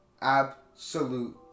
Absolute